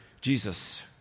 Jesus